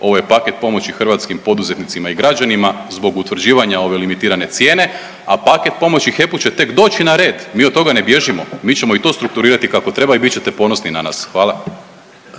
ovo je paket pomoći hrvatskim poduzetnicima i građanima zbog utvrđivanja ove limitirane cijene, a paket pomoći HEP-u će tek doći na red, mi od toga ne bježimo, mi ćemo i to strukturirati kako treba i bit ćete ponosni na nas. Hvala.